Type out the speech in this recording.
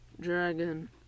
dragon